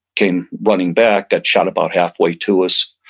came running back, got shot about half way to us.